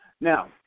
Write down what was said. Now